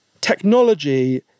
technology